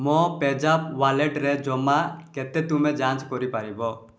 ମୋ ପେଜାପ୍ ୱାଲେଟ୍ରେ ଜମା କେତେ ତୁମେ ଯାଞ୍ଚ କରିପାରିବ